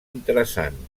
interessant